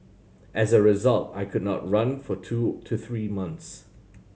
as a result I could not run for two to three months